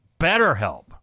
BetterHelp